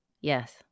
Yes